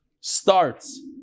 starts